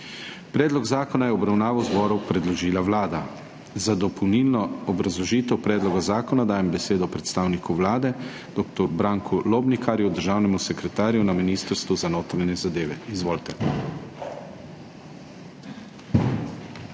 Predlog zakona je v obravnavo zboru predložila Vlada. Za dopolnilno obrazložitev predloga zakona dajem besedo predstavniku Vlade dr. Branku Lobnikarju, državnemu sekretarju na Ministrstvu za notranje zadeve. Izvolite.